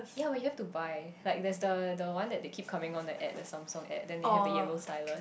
ya but you have to buy like there's the the one that keep coming on the ad the Samsung ad then you have the yellow stylus